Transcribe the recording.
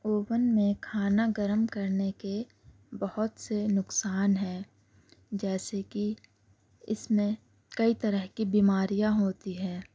oven میں کھانا گرم کرنے کے بہت سے نقصان ہیں جیسے کہ اس میں کئی طرح کی بیماریاں ہوتی ہے